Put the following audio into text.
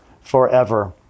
forever